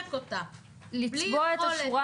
ולחשק אותה בלי יכולת --- לצבוע את השורה